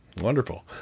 Wonderful